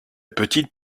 petite